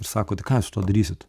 ir sako tai ką jūs su tuo darysit